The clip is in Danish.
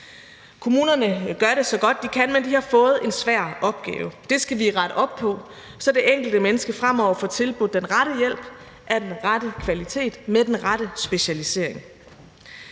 Kommunerne gør det så godt, de kan, men de har fået en svær opgave. Det skal vi rette op på, så det enkelte menneske fremover får tilbudt den rette hjælp af den rette kvalitet og med den rette specialisering.